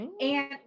And-